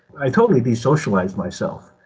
i totally desocialized myself,